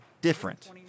different